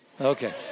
Okay